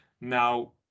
now